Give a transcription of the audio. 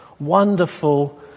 Wonderful